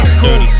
cool